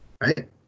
Right